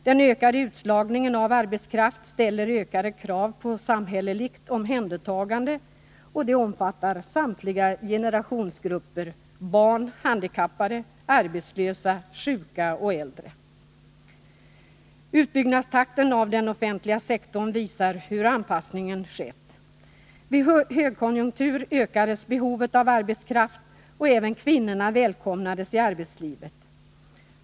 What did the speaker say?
Den ökade utslagningen av arbetskraft ställer ökade krav på samhälleligt omhändertagande, omfattande samtliga generationsgrupper: barn, handikappade, arbetslösa, sjuka och äldre. Takten på utbyggnaden av den offentliga sektorn visar hur anpassningen har skett. Vid högkonjunktur ökades behovet av arbetskraft och även kvinnorna välkomnades i arbetslivet.